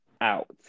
out